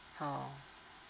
oh